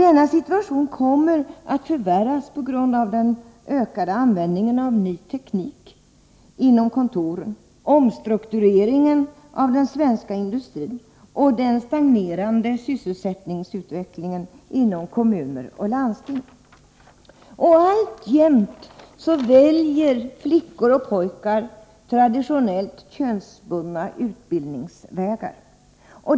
Denna situation kommer att förvärras på grund av den ökade användningen av ny teknik inom kontoren, omstruktureringen av den svenska industrin och den stagnerande sysselsättningsutvecklingen inom kommuner och landsting. Alltjämt väljer flickor och pojkar traditionellt könsbundna utbildningsvägar.